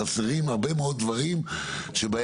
חסרים הרבה מאוד דברים שבהם,